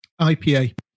IPA